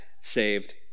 saved